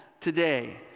today